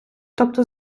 тобто